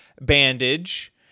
bandage